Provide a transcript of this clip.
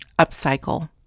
upcycle